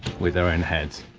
with their own heads,